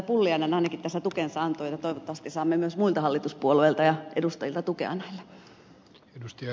pulliainen ainakin tässä tukensa antoi ja toivottavasti saamme myös muilta hallituspuolueilta ja edustajilta tukea näille